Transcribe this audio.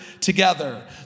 together